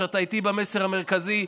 שאתה איתי במסר המרכזי,